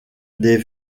des